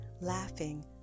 laughing